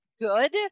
good